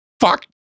Fuck